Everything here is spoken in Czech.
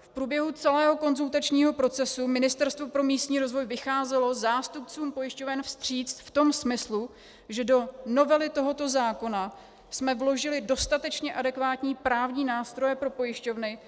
V průběhu celého konzultačního procesu Ministerstvo pro místní rozvoj vycházelo zástupcům pojišťoven vstříc v tom smyslu, že do novely tohoto zákona jsme vložili dostatečně adekvátní právní nástroje pro pojišťovny,